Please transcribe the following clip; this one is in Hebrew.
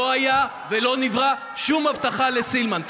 לא הייתה ולא נבראה שום הבטחה לסילמן.